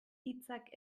hitzak